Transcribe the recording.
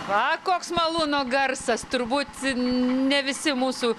va koks malūno garsas turbūt ne visi mūsų